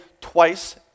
twice